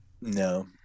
No